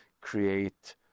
create